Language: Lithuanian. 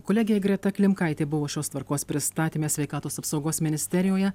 kolegė greta klimkaitė buvo šios tvarkos pristatyme sveikatos apsaugos ministerijoje